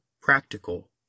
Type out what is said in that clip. practical